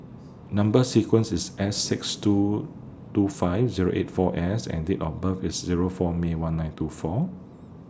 Number sequence IS S six two two five Zero eight four S and Date of birth IS Zero four May one nine two four